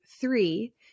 three